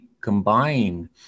combine